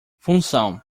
função